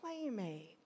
playmate